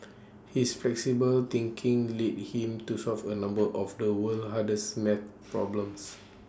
his flexible thinking lead him to solve A number of the world's hardest maths problems